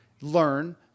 learn